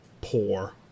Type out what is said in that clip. poor